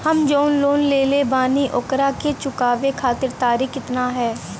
हम जवन लोन लेले बानी ओकरा के चुकावे अंतिम तारीख कितना हैं?